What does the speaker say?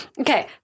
Okay